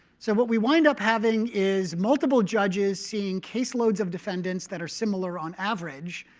so what we wind up having is multiple judges seeing caseloads of defendants that are similar on average,